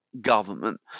government